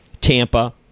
Tampa